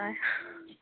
হয়